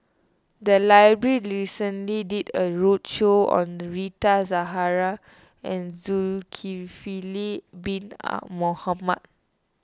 the library recently did a roadshow on Rita Zahara and Zulkifli Bin Mohamed